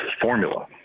formula